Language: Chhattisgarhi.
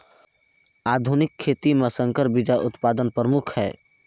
आधुनिक खेती म संकर बीज उत्पादन प्रमुख हे